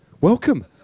welcome